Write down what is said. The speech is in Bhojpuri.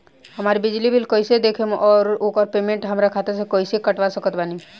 हमार बिजली बिल कईसे देखेमऔर आउर ओकर पेमेंट हमरा खाता से कईसे कटवा सकत बानी?